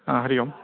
Hari Om